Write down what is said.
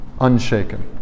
unshaken